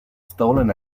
stolen